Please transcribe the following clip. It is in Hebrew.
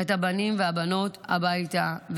את הבנים והבנות הביתה.